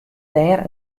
dêr